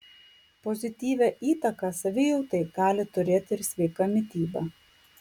pozityvią įtaką savijautai gali turėti ir sveika mityba